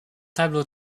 tableau